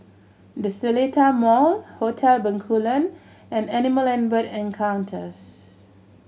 The Seletar Mall Hotel Bencoolen and Animal and Bird Encounters